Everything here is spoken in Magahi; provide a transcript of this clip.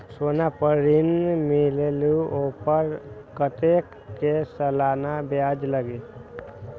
सोना पर ऋण मिलेलु ओपर कतेक के सालाना ब्याज लगे?